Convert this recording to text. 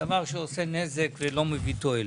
דבר שעושה נזק ולא מביא תועלת.